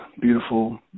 beautiful